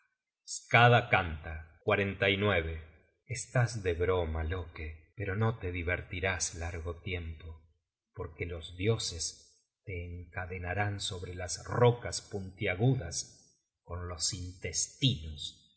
existencia es miserable skada canta estás de broma loke pero no tediver ürás largo tiempo porque los dioses te encadenarán sobre las rocas puntiagudas con los intestinos